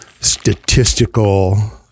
statistical